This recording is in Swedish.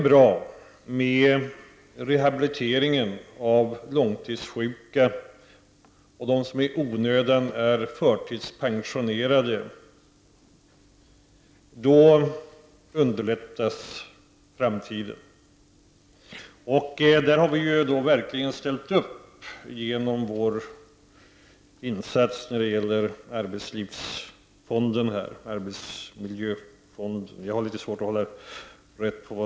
Om rehabiliteringen av långtidssjuka och av dem som i onödan är förtidspensionerade lyckas, underlättas möjligheterna i framtiden. Där har vi i centern verkligen ställt upp genom vår insats när det gäller arbetslivsfonden.